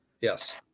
yes